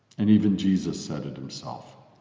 and even jesus said it himself,